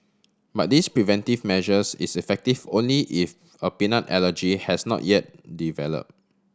but this preventive measures is effective only if a peanut allergy has not yet develop